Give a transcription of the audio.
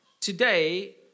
today